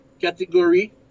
category